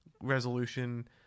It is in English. resolution